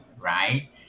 right